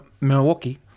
Milwaukee